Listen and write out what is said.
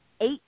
eight